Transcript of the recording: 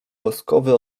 woskowy